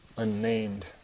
unnamed